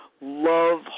love